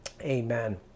Amen